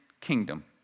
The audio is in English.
kingdom